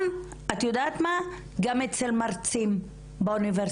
את יודעת מה, גם אצל מרצים באוניברסיטאות.